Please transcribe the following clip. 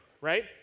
right